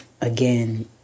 Again